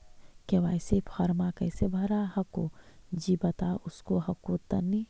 KYC फॉर्मा कैसे भरा हको जी बता उसको हको तानी?